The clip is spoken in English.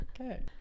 okay